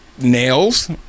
Nails